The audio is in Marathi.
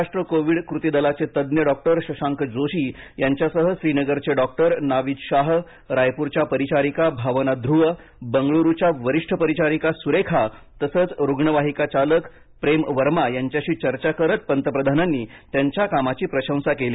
महाराष्ट्र कोविड कृती दलाचे तज्ज्ञ डॉक्टर शशांक जोशी यांच्यासह श्रीनगरचे डॉक्टर नाविद शाह रायपूरच्या परिचारिका भावना ध्रुव बंगळुरूच्या वरिष्ठ परिचारिका सुरेखा तसंच रुग्ण्वाहिका चालक प्रेम वर्मा यांच्याशी चर्चा करत पंतप्रधानांनी त्यांच्या कामाची प्रशंसा केली